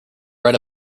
write